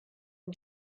and